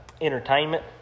entertainment